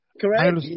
correct